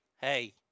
hey